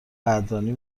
قدردانی